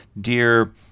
dear